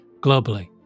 globally